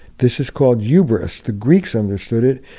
this is called hubris. the greeks understood it.